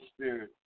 Spirit